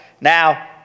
now